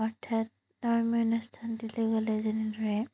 অৰ্থাৎ ধৰ্মীয় অনুষ্ঠানটিলে গ'লে যেনেদৰে